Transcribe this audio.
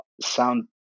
sound